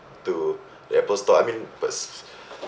to the Apple store I mean pers~